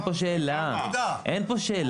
אין פה שאלה בכלל, אין פה שאלה.